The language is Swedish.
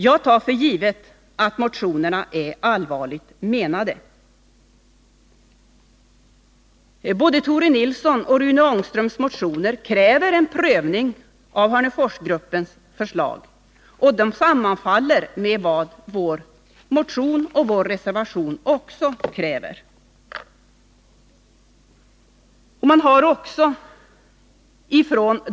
Jag tar för givet att motionerna är allvarligt menade. I både Tore Nilssons och Rune Ångströms motioner krävs en prövning av Hörneforsgruppens förslag, och kraven sammanfaller med dem i vår motion och reservation.